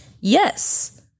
Yes